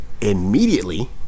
immediately